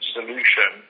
solution